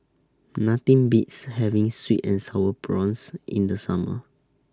Nothing Beats having Sweet and Sour Prawns in The Summer